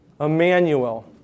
Emmanuel